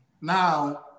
now